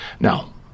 Now